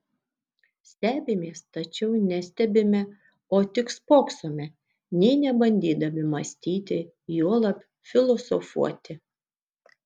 stebimės tačiau nestebime o tik spoksome nė nebandydami mąstyti juolab filosofuoti